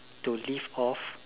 to live off